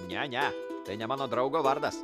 nene tai ne mano draugo vardas